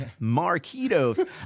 Marquitos